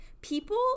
People